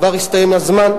כבר הסתיים הזמן?